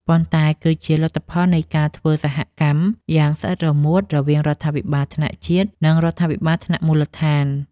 ប៉ុន្តែគឺជាលទ្ធផលនៃការធ្វើសហកម្មយ៉ាងស្អិតរមួតរវាងរដ្ឋាភិបាលថ្នាក់ជាតិ និងរដ្ឋាភិបាលថ្នាក់មូលដ្ឋាន។